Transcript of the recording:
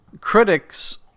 Critics